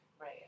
Right